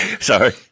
sorry